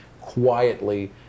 quietly